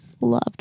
loved